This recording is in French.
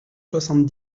soixante